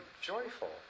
joyful